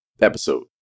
episode